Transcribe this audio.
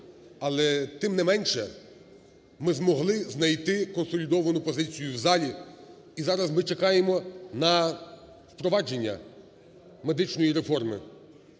але, тим не менше, ми змогли знайти консолідовану позицію в залі. І зараз ми чекаємо на впровадження медичної реформи.